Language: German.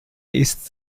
ist